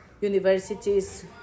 Universities